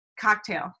cocktail